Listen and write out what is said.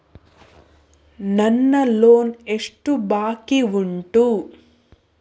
ನನ್ನ ಲೋನ್ ಎಷ್ಟು ಬಾಕಿ ಉಂಟು?